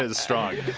ah strong.